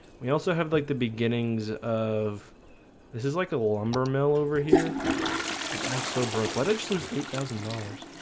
we also have like the beginnings of this is like a lumber mill over here and i am so broke what i just lose eight thousand dollars.